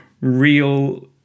real